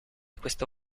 questo